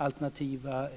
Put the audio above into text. Alternativa